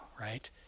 right